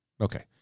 Okay